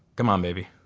come on baby.